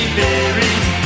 buried